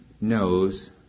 knows